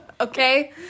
Okay